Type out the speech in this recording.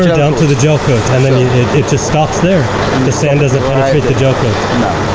yeah down to the gel coat. and then it just stops there, and the sand doesn't penetrate the gel coat.